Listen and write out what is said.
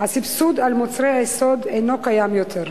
הסבסוד של מוצרי היסוד אינו קיים יותר.